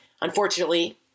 Unfortunately